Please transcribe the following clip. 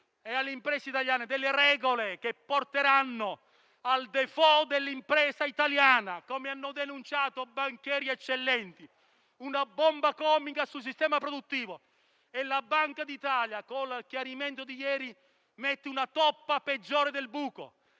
e alle imprese italiane delle regole che porteranno al *default* dell'impresa italiana, come hanno denunciato banchieri eccellenti. È una bomba cosmica sul sistema produttivo e la Banca d'Italia con il chiarimento di ieri mette una toppa peggiore del buco.